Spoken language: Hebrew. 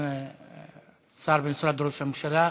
שר במשרד ראש הממשלה.